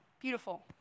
beautiful